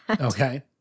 Okay